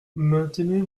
maintenez